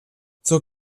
zur